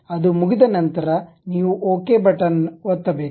ಅದು ಮುಗಿದ ನಂತರ ನೀವು ಓಕೆ ಬಟನ್ ಒತ್ತಬೇಕು